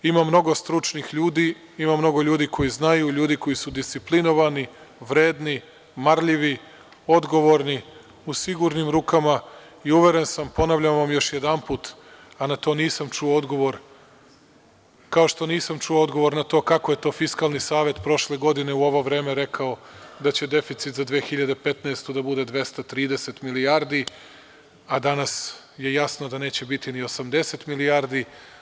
Ima mnogo stručnih ljudi, ima mnogo ljudi koji znaju, ljudi koji su disciplinovani, vredni, marljivi, odgovorni, u sigurnim rukama, i uveren sam, ponavljam vam još jedanput, a na to nisam čuo odgovor, kao što nisam čuo odgovor na to kako je to Fiskalni savet prošle godine u ovo vreme rekaoda će deficit za 2015. godinu da bude 230 milijardi, a danas je jasno da neće biti ni 80 milijardi.